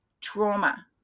trauma